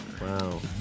Wow